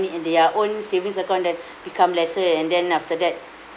in their own savings account then become lesser and then after that